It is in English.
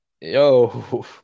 Yo